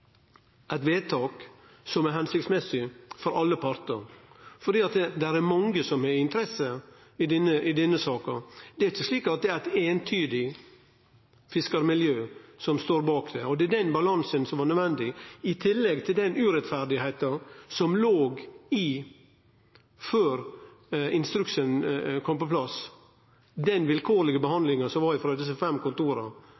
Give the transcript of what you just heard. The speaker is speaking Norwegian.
eit vedtak som høver for alle parter, for det er mange som har interesse i denne saka. Det er ikkje slik at det er eit eintydig fiskarmiljø som står bak det, den balansen var nødvendig. I tillegg fanst det ein urettferd der før instruksen kom på plass. At ein fekk fjerna denne urettferda som låg i den vilkårlege